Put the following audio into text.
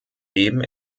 leben